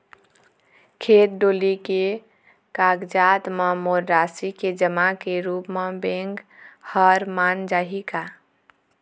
खेत डोली के कागजात म मोर राशि के जमा के रूप म बैंक हर मान जाही का?